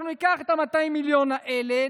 אנחנו ניקח את ה-200 מיליון האלה,